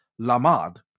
lamad